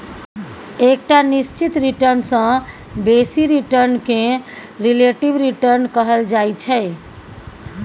एकटा निश्चित रिटर्न सँ बेसी रिटर्न केँ रिलेटिब रिटर्न कहल जाइ छै